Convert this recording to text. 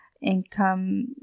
income